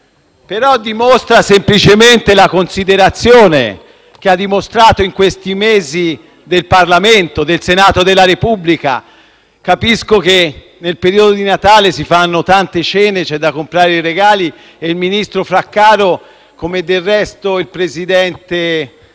a dimostrazione della considerazione che ha già mostrato in questi mesi per il Parlamento e per il Senato della Repubblica. Capisco che nel periodo di Natale si fanno tante cene, c'è da comprare i regali e il ministro Fraccaro, come del resto il presidente